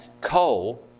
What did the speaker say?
coal